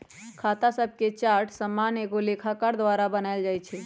खता शभके चार्ट सामान्य एगो लेखाकार द्वारा बनायल जाइ छइ